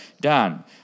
Dan